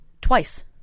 twice